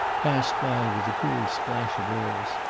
passed by with a cool splash of oars.